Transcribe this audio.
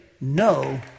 no